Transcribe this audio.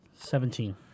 Seventeen